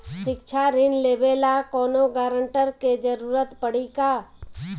शिक्षा ऋण लेवेला कौनों गारंटर के जरुरत पड़ी का?